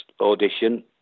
audition